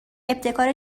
ابتکار